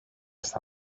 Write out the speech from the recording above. στα